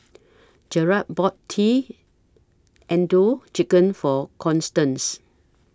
Jarrett bought T Chicken For Constance